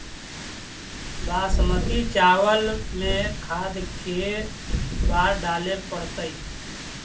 बासमती चावल में खाद के बार डाले पड़तै?